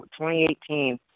2018